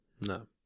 No